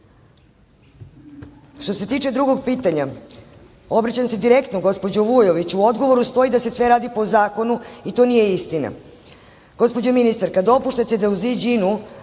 se tiče drugog pitanja, obraćam se direktno gospođi Vujović. U odgovoru stoji da se sve radi po zakonu i to nije istina. Gospođo ministarka, dopuštate da u Ziđinu